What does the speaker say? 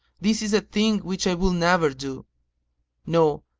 this is a thing which i will never do no,